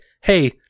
Hey